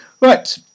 Right